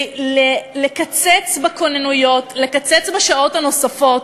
לקצץ בכוננויות, לקצץ בשעות הנוספות,